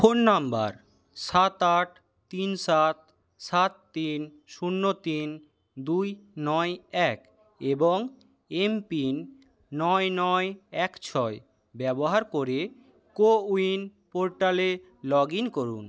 phone number সাত আট তিন সাত সাত তিন শূন্য তিন দুই নয় এক এবং এম পিন নয় নয় এক ছয় ব্যবহার করে কোউইন পোর্টালে লগ ইন করুন